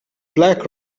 black